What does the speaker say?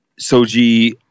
soji